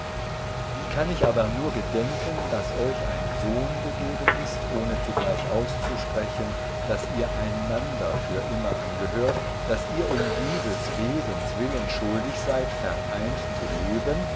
wie kann ich aber nur gedenken daß euch ein sohn gegeben ist ohne zugleich auszusprechen daß ihr einander auf immer angehört daß ihr um dieses wesens willen schuldig seid vereint zu leben